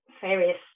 various